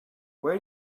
where